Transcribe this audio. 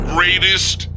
Greatest